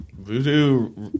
Voodoo